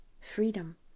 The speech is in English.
freedom